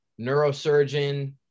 neurosurgeon